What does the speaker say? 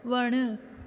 वणु